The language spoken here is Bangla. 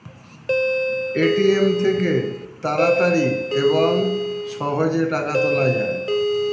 এ.টি.এম থেকে তাড়াতাড়ি এবং সহজে টাকা তোলা যায়